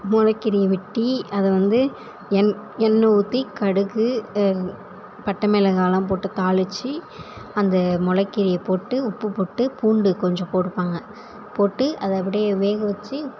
மொளைக்கீரைய வெட்டி அதை வந்து எண்ணெய் ஊற்றி கடுகு பட்டை மிளகாய்லாம் போட்டு தாளித்து அந்த மொளைக்கீரைய போட்டு உப்பு போட்டு பூண்டு கொஞ்சம் போடுவாங்க போட்டு அதை அப்படியே வேக வெச்சு